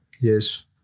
Yes